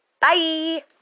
Bye